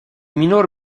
minor